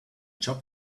job